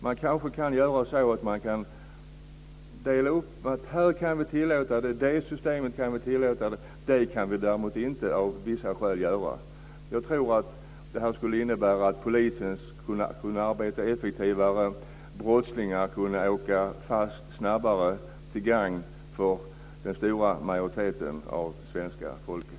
Det kanske går att dela upp i att just det här kan tillåtas men det där kan av vissa skäl inte göras. Det skulle innebära att polisen skulle kunna arbeta effektivare och att brottslingar skulle åka fast snabbare, till gagn för den stora majoriteten av svenska folket.